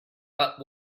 but